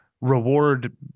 reward